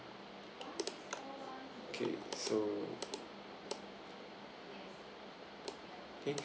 okay so